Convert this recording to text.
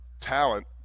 talent